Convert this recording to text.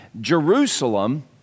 Jerusalem